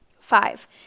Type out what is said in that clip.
Five